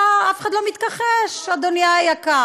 כן, אתה, אף אחד לא מתכחש, אדוני היקר.